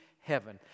heaven